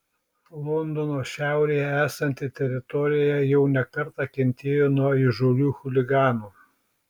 londono šiaurėje esanti teritorija jau ne kartą kentėjo nuo įžūlių chuliganų